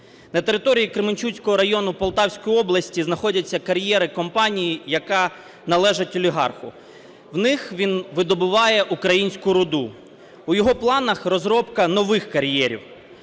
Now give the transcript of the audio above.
На території Кременчуцького району Полтавської області знаходяться кар'єри компанії, яка належить олігарху, в них він видобуває українську руду. В його планах розробка нових кар'єрів,